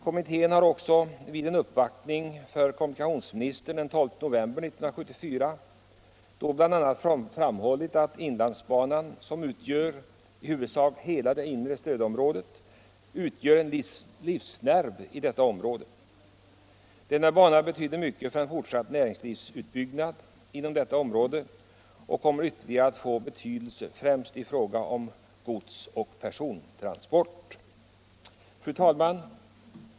Kommittén har också vid en uppvaktning för kommunikationsministern den 12 november 1974 bl.a. framhållit att inlandsbanan, som i huvudsak går genom hela det inre stödområdet, utgör en livsnerv i detta område. Denna bana betyder mycket för en fortsatt näringslivsutbyggnad där och kommer ytterligare att få betydelse främst i fråga om godsoch persontransporter. Fru talman!